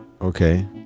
Okay